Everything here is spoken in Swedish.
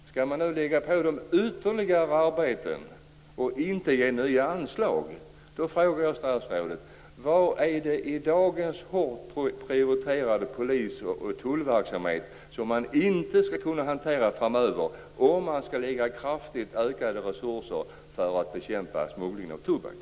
Skall man nu lägga på dem ytterligare arbete och inte ge nya anslag, frågar jag statsrådet: Vad är det i dagens hårdprioriterade polis och tullverksamhet som man inte skall hantera framöver, om man skall lägga kraftigt ökade resurser på att bekämpa smuggling av tobak?